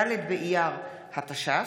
ד' באייר התש"ף,